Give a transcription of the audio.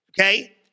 okay